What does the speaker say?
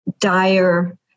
dire